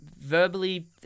Verbally